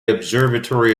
observatory